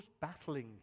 battling